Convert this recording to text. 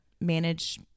manage